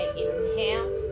inhale